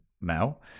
Mel